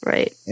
Right